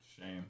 Shame